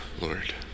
Lord